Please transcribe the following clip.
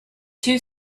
two